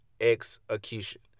execution